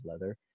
leather